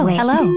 hello